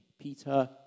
Peter